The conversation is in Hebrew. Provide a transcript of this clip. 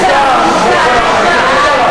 זה דיון בוועדת הכנסת.